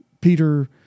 Peter